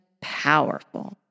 powerful